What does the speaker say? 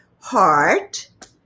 heart